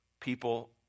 People